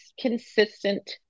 consistent